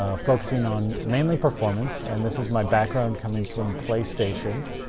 ah focusing on mainly performance. and this is my background coming from playstation,